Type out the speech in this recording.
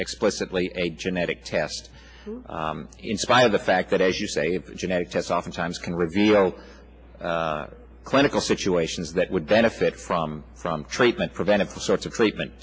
explicitly a genetic test in spite of the fact that as you say genetic tests oftentimes can reveal clinical situations that would benefit from from treatment preventable sorts of treatment